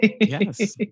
Yes